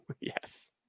yes